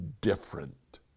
different